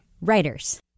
WRITERS